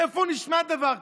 איפה נשמע דבר כזה?